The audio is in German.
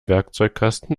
werkzeugkasten